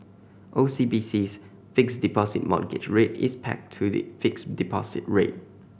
O C B C's Fixed Deposit Mortgage Rate is pegged to the fixed deposit rate